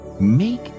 Make